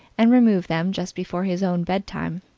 and remove them just before his own bedtime.